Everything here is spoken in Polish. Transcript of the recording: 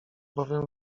bowiem